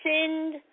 send